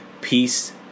Peace